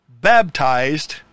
baptized